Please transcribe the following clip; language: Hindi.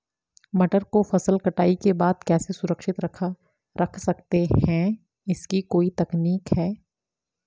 मटर को फसल कटाई के बाद कैसे सुरक्षित रख सकते हैं इसकी कोई तकनीक है?